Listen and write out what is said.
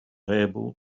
able